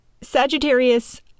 Sagittarius